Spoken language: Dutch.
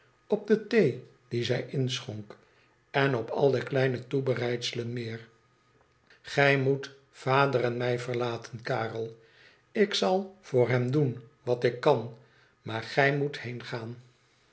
op de thee die zij inschonk en op al de kleine toebereicëelen meer gij moet vader en mij verlaten karel ik zal voor hem doen wat ik kan maar gij moet